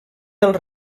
dels